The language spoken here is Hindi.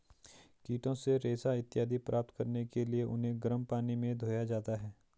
कीटों से रेशा इत्यादि प्राप्त करने के लिए उन्हें गर्म पानी में धोया जाता है